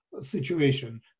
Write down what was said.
situation